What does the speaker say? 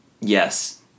Yes